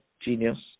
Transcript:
Genius